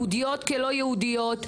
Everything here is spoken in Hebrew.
יהודיות כלא יהודיות,